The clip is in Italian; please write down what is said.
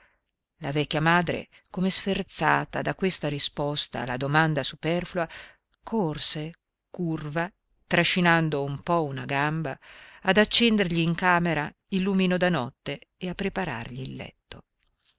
la vecchia madre come sferzata da questa risposta alla domanda superflua corse curva trascinando un po una gamba ad accendergli in camera il lumino da notte e a preparargli il letto